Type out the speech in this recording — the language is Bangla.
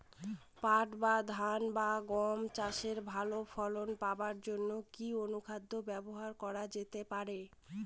পাট বা ধান বা গম চাষে ভালো ফলন পাবার জন কি অনুখাদ্য ব্যবহার করা যেতে পারে?